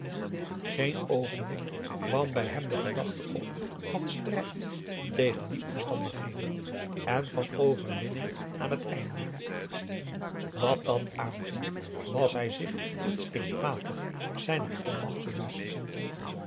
geen oogenblik kwam bij hem de gedachte op van strijd tegen die omstandigheden en van overwinning aan het einde wat dat aanging was hij zich instinctmatig zijner onmacht bewust